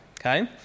okay